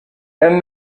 and